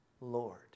Lord